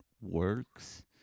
works